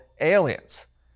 aliens